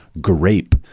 Grape